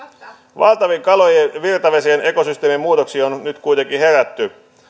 vaeltavien kalojen ja virtavesien ekosysteemien muutoksiin on nyt kuitenkin herätty